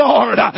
Lord